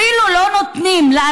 אפילו לא נותנים לחברי הכנסת,